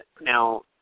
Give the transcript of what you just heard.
Now